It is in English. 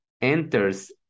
enters